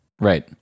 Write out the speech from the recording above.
right